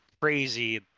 crazy